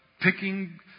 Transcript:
picking